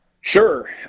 Sure